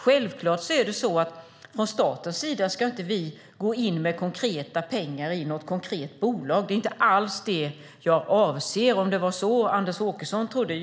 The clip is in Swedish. Självklart ska vi inte från statens sida gå in med konkreta pengar i något bolag. Det är inte alls det jag avser, om det var så Anders Åkesson uppfattade det.